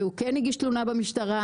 והוא כן הגיש תלונה במשטרה,